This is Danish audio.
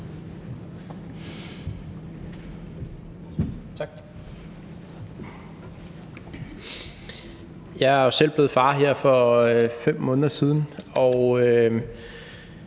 Jeg er selv blevet far for 5 måneder siden,